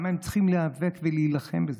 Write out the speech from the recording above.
הם צריכים להיאבק ולהילחם.